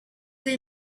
they